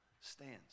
stands